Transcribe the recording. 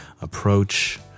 approach